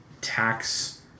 tax